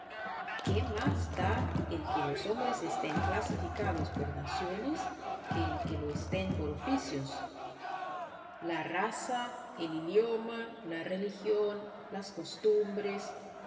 que los hombres estén clasificados por naciones que el que lo estén por oficios la raza el idioma la religión las costumbres